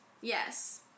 yes